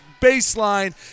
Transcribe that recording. baseline